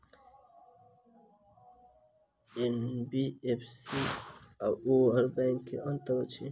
NBFC आओर bank मे की अंतर अछि?